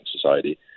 society